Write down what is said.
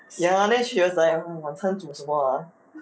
ya then she was like 晚餐煮什么 ah